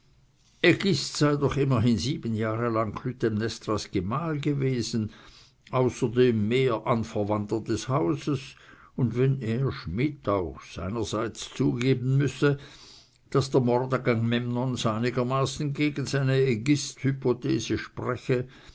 sei doch immerhin sieben jahre lang klytämnestras gemahl gewesen außerdem naher anverwandter des hauses und wenn er schmidt auch seinerseits zugeben müsse daß der mord agamemnons einigermaßen gegen seine aegisth hypothese spreche